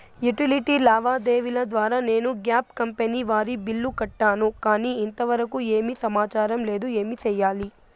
Utility లావాదేవీల ద్వారా నేను గ్యాస్ కంపెని వారి బిల్లు కట్టాను కానీ ఇంతవరకు ఏమి సమాచారం లేదు, ఏమి సెయ్యాలి?